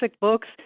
books